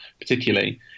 particularly